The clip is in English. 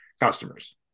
customers